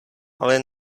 ale